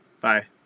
Bye